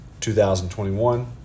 2021